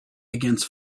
against